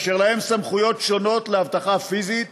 אשר יש להם סמכויות שונות לאבטחה פיזית,